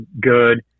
good